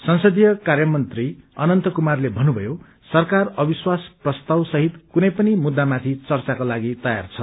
संसदीय कार्य मन्त्री अनन्त कुमारले भन्नुषयो सरकार अविश्वास प्रस्ताव सहित कुनै पनि मुद्दामाथि चर्चाको लागि तयार छ